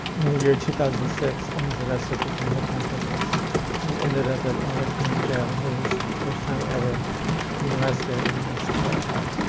in the year two thousand and six i was arrested for public drunkenness and ended up at la county jail. it was the first time ever being arrested and i was terrified.